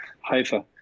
Haifa